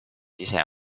ise